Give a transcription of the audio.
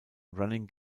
running